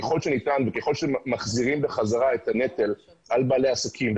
ככל שניתן וככל שמחזירים בחזרה את הנטל על בעלי העסקים,